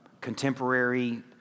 contemporary